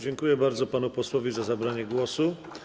Dziękuję bardzo panu posłowi za zabranie głosu.